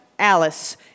Alice